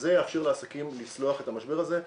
וזה יאפשר לעסקים לצלוח את המשבר הזה,